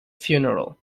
funeral